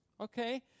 Okay